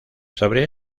sobre